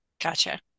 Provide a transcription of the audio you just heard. Gotcha